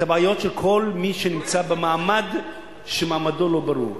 את הבעיות של כל מי שנמצא ומעמדו לא ברור.